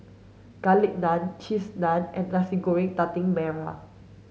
garlic naan cheese naan and Nasi Goreng Daging Merah